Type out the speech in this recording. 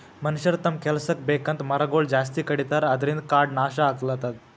ಮನಷ್ಯರ್ ತಮ್ಮ್ ಕೆಲಸಕ್ಕ್ ಬೇಕಂತ್ ಮರಗೊಳ್ ಜಾಸ್ತಿ ಕಡಿತಾರ ಅದ್ರಿನ್ದ್ ಕಾಡ್ ನಾಶ್ ಆಗ್ಲತದ್